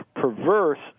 perverse